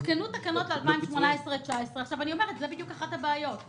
הותקנו תקנות ל-2018 2019. זה בדיוק אחת הבעיות,